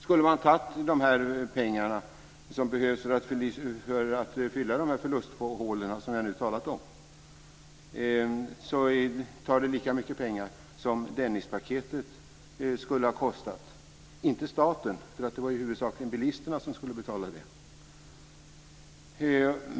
Skulle man ta de pengar som behövs för att fylla de förlusthål som jag nu talat om blir det lika mycket pengar som Dennispaketet skulle ha kostat, inte staten för det var ju huvudsakligen bilisterna som skulle betala det.